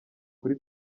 kuri